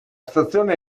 stazione